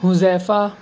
Huzaifa